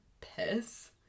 piss